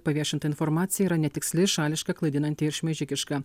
paviešinta informacija yra netiksli šališka klaidinanti ir šmeižikiška